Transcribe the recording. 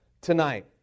tonight